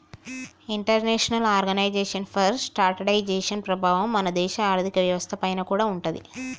international organisation for standardisation ప్రభావం మన దేశ ఆర్ధిక వ్యవస్థ పైన కూడా ఉంటాది